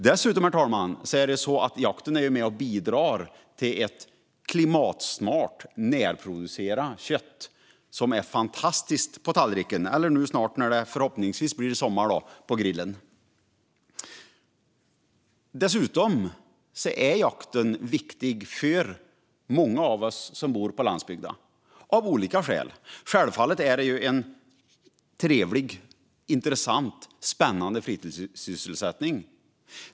Dessutom, herr talman, är det så att jakten är med och bidrar till ett klimatsmart närproducerat kött som är fantastiskt på tallriken - eller nu när det förhoppningsvis snart blir sommar: på grillen. Jakten är också av olika skäl viktig för många av oss som bor på landsbygden. Självfallet är det en trevlig, intressant och spännande fritidssysselsättning.